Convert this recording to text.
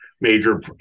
major